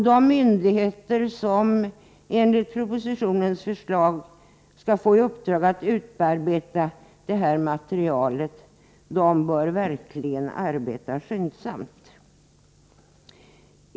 De myndigheter som enligt propositionens förslag skall få i uppdrag att utarbeta detta material bör verkligen arbeta skyndsamt.